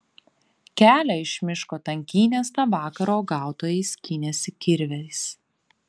kelią iš miško tankynės tą vakarą uogautojai skynėsi kirviais